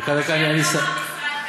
עכשיו תגיד לי מה אתה חושב, לא מה המשרד כתב.